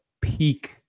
peak